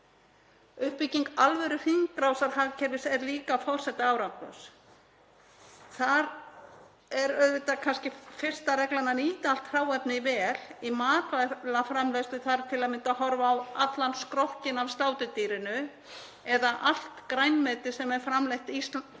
Uppbygging alvöruhringrásarhagkerfis er líka forsenda árangurs. Þar er auðvitað fyrsta reglan að nýta allt hráefnið vel. Í matvælaframleiðslu þarf til að mynda að horfa á allan skrokkinn af sláturdýrinu eða allt grænmeti sem er framleitt innan